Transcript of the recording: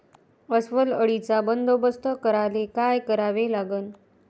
अस्वल अळीचा बंदोबस्त करायले काय करावे लागन?